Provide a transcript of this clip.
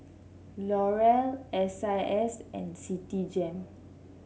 L'Oreal S I S and Citigem